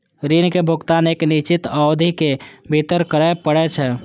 ऋण के भुगतान एक निश्चित अवधि के भीतर करय पड़ै छै